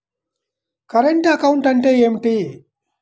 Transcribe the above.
Current account అంటే ఏమిటి?